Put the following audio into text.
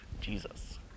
Jesus